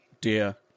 Dear